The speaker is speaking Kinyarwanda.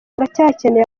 uracyakeneye